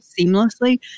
seamlessly